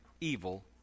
evil